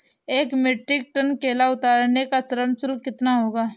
एक metric tonne केला उतारने का श्रम शुल्क कितना होगा?